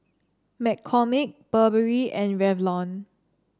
McCormick Burberry and Revlon